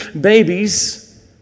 babies